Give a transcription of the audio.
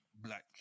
black